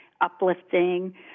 uplifting